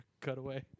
cutaway